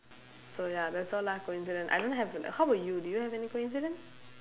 so ya that's all lah coincidence I don't have how about you do you have any coincidence